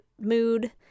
mood